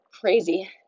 crazy